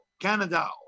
Canada